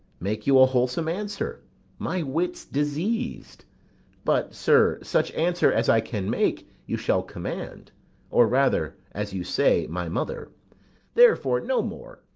make you a wholesome answer my wit's diseased but, sir, such answer as i can make, you shall command or rather, as you say, my mother therefore no more,